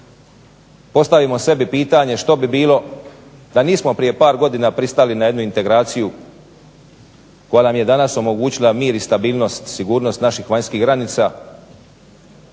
Postavimo sebi pitanje što bi bilo da nismo prije par godina pristali na jednu integraciju koja nam je danas omogućila mir i stabilnost, sigurnost naših vanjskih granica.